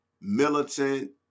militant